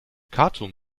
khartum